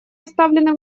оставлены